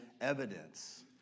evidence